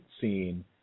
scene